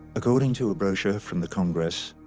according to a brochure from the congress,